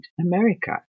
America